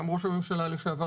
גם ראש הממשלה לשעבר,